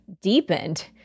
deepened